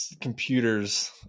computers